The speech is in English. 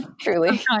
Truly